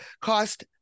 cost